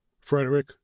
Frederick